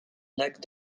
lac